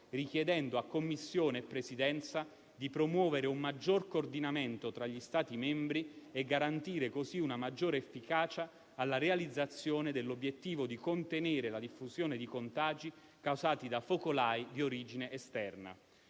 richiedendo a Commissione e Presidenza di promuovere un maggior coordinamento tra gli Stati membri e garantire così una maggiore efficacia alla realizzazione dell'obiettivo di contenere la diffusione di contagi causati da focolai di origine esterna.